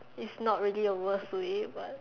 is not really a worst way but